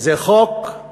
זה חוק שבעצם